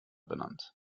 benannt